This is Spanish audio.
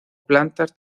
plantas